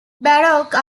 baroque